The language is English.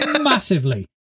Massively